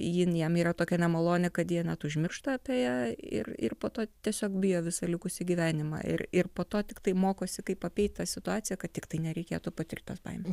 jin jam yra tokia nemaloni kad jie net užmiršta apie ją ir ir po to tiesiog bijo visą likusį gyvenimą ir ir po to tiktai mokosi kaip apeit tą situaciją kad tiktai nereikėtų patirt tos baimės